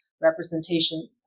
representation